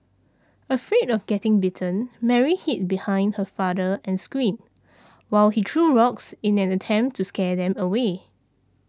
afraid of getting bitten Mary hid behind her father and screamed while he threw rocks in an attempt to scare them away